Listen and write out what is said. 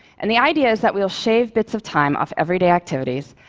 and the idea is that we'll shave bits of time off everyday activities,